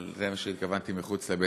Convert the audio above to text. אבל זה מה שהתכוונתי ב"מחוץ לבית-החולים".